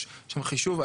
יש שם חישוב?